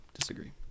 Disagree